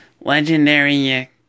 legendary